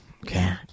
okay